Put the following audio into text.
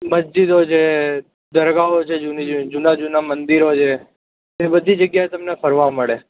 મસ્જિદો છે દરગાહો છે જૂની જૂની જૂનાં જૂનાં મંદિરો છે એ બધી જગ્યાઓએ તમને ફરવા મળે